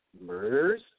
murders